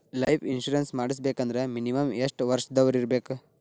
Life insurance ಮಾಡ್ಸ್ಬೇಕಂದ್ರ minimum ಯೆಷ್ಟ್ ವರ್ಷ ದವ್ರಿರ್ಬೇಕು?